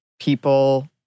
people